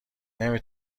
نمی